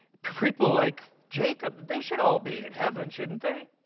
people like jacob. they should all be in heaven shouldn't they?